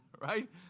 right